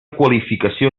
qualificació